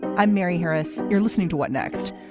i'm mary harris. you're listening to what next.